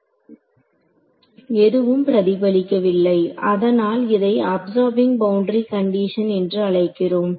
எதுவும் பிரதிபலிக்கவில்லை அதனால் இதை அப்சார்ப்பிங் பவுண்டரி கண்டிஷன் என்று அழைக்கிறோம்